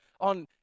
on